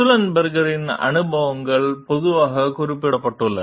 சல்லன்பெர்கரின் அனுபவங்கள் பொதுவாக குறிப்பிடப்பட்டுள்ளன